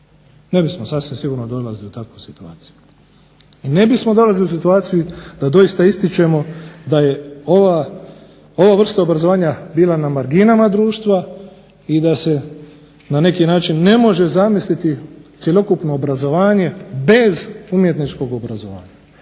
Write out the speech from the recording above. Ne bismo sasvim sigurno dolazili u takvu situaciju. I ne bismo dolazili u situaciju da doista ističemo da je ova vrsta obrazovanja bila na marginama društva i da se na neki način ne može zamisliti cjelokupno obrazovanje bez umjetničkog obrazovanja.